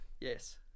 Yes